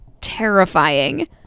terrifying